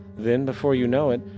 then before you know it,